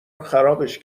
خرابش